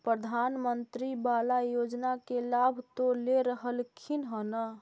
प्रधानमंत्री बाला योजना के लाभ तो ले रहल्खिन ह न?